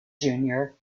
junior